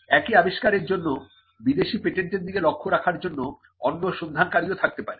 একই আবিষ্কারের জন্য বিদেশি পেটেন্টের দিকে লক্ষ্য রাখার জন্য অন্য সন্ধানকারীও থাকতে পারেন